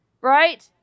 Right